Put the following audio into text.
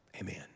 Amen